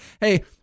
Hey